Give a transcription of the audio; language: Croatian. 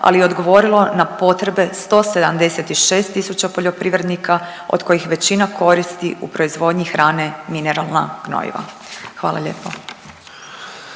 ali i odgovorilo na potrebe 176 tisuća poljoprivrednika, od kojih većina koristi u proizvodnji hrane mineralna gnojiva. Hvala lijepo.